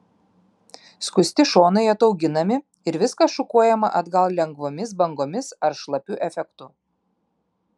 skusti šonai atauginami ir viskas šukuojama atgal lengvomis bangomis ar šlapiu efektu